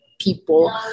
people